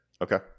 Okay